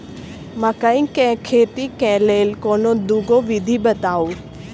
मकई केँ खेती केँ लेल कोनो दुगो विधि बताऊ?